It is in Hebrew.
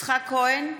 יצחק כהן,